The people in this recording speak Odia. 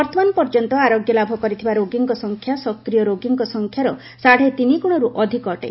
ବର୍ତ୍ତମାନ ପର୍ଯ୍ୟନ୍ତ ଆରୋଗ୍ୟଲାଭ କରିଥିବା ରୋଗୀଙ୍କ ସଂଖ୍ୟା ସକ୍ରିୟ ରୋଗୀଙ୍କ ସଂଖ୍ୟାର ସାଢ଼େ ତିନି ଗୁଣର୍ତ ଅଧିକ ଅଟେ